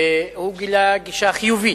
והוא גילה גישה חיובית.